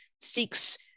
seeks